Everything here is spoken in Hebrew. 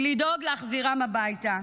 היא לדאוג להחזירם הביתה.